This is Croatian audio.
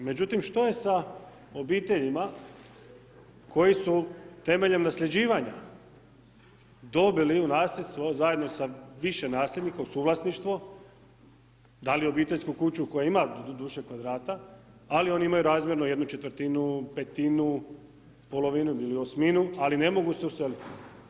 Međutim šta je sa obiteljima koji su temeljem nasljeđivanja dobili u nasljedstvo, zajedno sa više nasljednika, u suvlasništvo, da li obiteljsku kuću koja ima doduše kvadrata, ali oni imaju razmjerno jednu četvrtinu, petinu, polovinu ili osminu, ali ne mogu se uselit?